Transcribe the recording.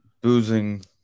boozing